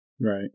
Right